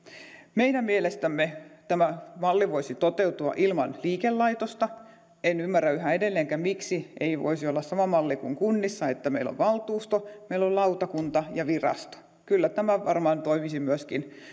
meidän mielestämme tämä malli voisi toteutua ilman liikelaitosta en ymmärrä yhä edelleenkään miksi ei voisi olla sama malli kuin kunnissa että meillä on valtuusto meillä on lautakunta ja virasto kyllä tämä varmaan toimisi myöskin